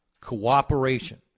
Cooperation